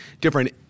different